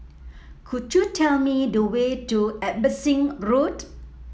could you tell me the way to Abbotsingh Road